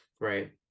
right